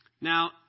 Now